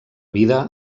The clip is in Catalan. vida